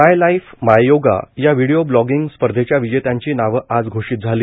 my life my yoga या video blogging स्पर्धेच्या विजेत्यांची नावं आज घोषित झाली